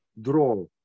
draw